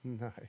Nice